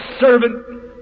servant